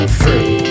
free